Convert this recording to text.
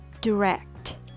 direct